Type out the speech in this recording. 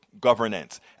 governance